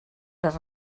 les